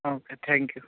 okay thank you